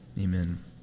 Amen